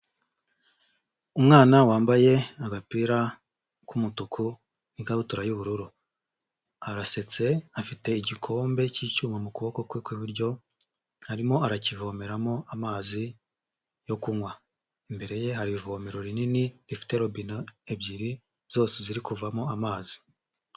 Umwana wambaye agapira k'umutuku n'ikabutura y'ubururu, arasetse afite igikombe cy'icyuma mu kuboko kwe ku iburyo, arimo arakivomeramo amazi yo kunywa. Imbere ye hari ivomero rinini rifite robine ebyiri, zose ziri kuvamo amazi.